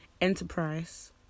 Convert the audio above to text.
Enterprise